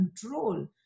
control